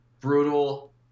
Brutal